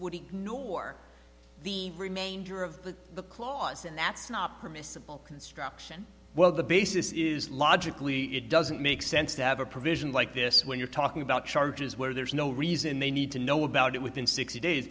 would ignore the remainder of the clause and that's not permissible construction while the basis is logically it doesn't make sense to have a provision like this when you're talking about charges where there's no reason they need to know about it within sixty days